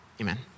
Amen